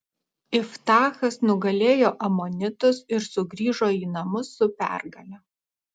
iftachas nugalėjo amonitus ir sugrįžo į namus su pergale